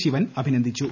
ശിവൻ അഭിനന്ദിച്ചു